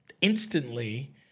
instantly